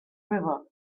river